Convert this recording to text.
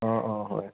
অঁ অঁ হয়